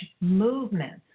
movements